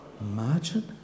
Imagine